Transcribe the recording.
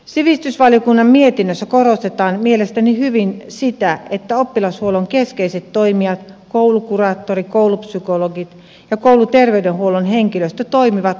sivistysvaliokunnan mietinnössä korostetaan mielestäni hyvin sitä että oppilashuollon keskeiset toimijat koulukuraattorit koulupsykologit ja kouluterveydenhuollon henkilöstö toimivat koulussa